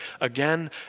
again